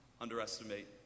underestimate